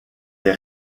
des